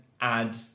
add